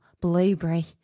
blueberry